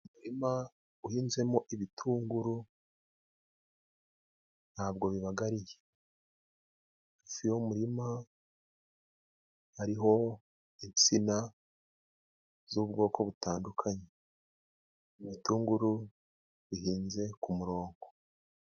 Umurima uhinzemo ibitunguru, ntabwo bigariye. Hafi y'umurima hariho insina z'ubwoko butandukanye. Ibitunguru bihinze ku muronko.